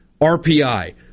RPI